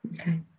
Okay